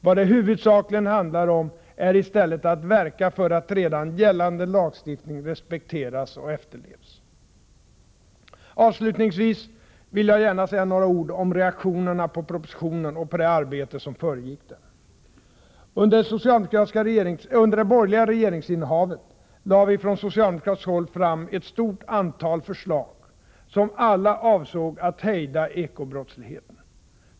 Vad det huvudsakligen handlar om är i stället att verka för att redan gällande lagstiftning respekteras och efterlevs. Avslutningsvis vill jag gärna säga några ord om reaktionerna på propositionen och på det arbete som föregick den. Under det borgerliga regeringsinnehavet lade vi från socialdemokratiskt håll fram ett stort antal förslag som alla avsåg att hejda eko-brottsligheten.